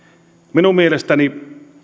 minun mielestäni